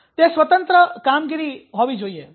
તે સ્વતંત્ર કામગીરી હોવી જોઈએ